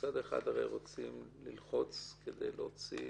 מצד אחד רוצים ללחוץ כדי להוציא,